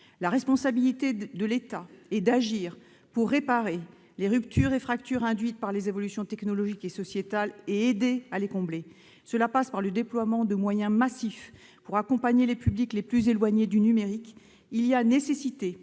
La responsabilité de l'État est d'agir pour aider à réduire les fractures induites par les évolutions technologiques et sociétales. Cette action passe par le déploiement de moyens massifs pour accompagner les publics les plus éloignés du numérique. Il est nécessaire